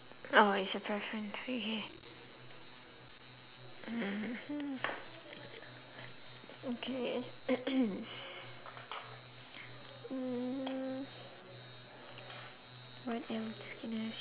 orh it's your preference okay mmhmm okay mmhmm what else can I ask